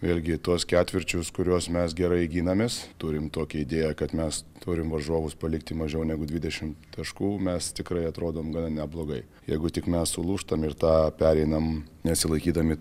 vėlgi tuos ketvirčius kuriuos mes gerai ginamės turim tokią idėją kad mes turim varžovus palikti mažiau negu dvidešimt taškų mes tikrai atrodom gana neblogai jeigu tik mes sulūžtam ir tą pereinam nesilaikydami